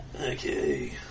Okay